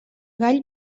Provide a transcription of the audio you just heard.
gall